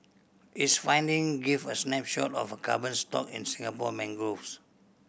its finding give a snapshot of carbon stock in Singapore mangroves